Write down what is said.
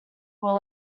were